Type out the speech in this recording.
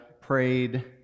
prayed